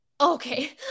Okay